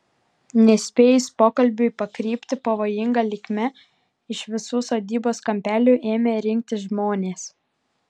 nespėjus pokalbiui pakrypti pavojinga linkme iš visų sodybos kampelių ėmė rinktis žmonės